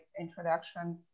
introduction